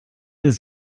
des